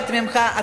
מבקשת ממך,